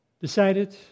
decided